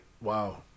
Wow